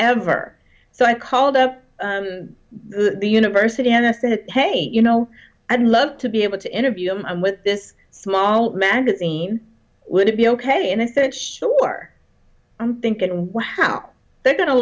ever so i called up the university and i said hey you know i'd love to be able to interview them with this small magazine would it be ok and i said sure i'm thinking wow they're go